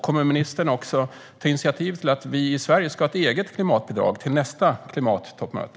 Kommer ministern också att ta initiativ till att Sverige ska ha ett eget klimatbidrag till nästa klimattoppmöte?